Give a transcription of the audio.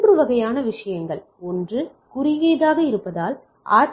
மூன்று வகையான விஷயங்கள் ஒன்று குறுகியதாக இருப்பதால் ஆர்